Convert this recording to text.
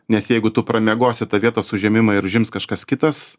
nes jeigu tu pramiegosi tą vietos užėmimą ir užims kažkas kitas